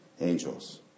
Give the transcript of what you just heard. Angels